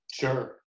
Sure